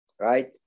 right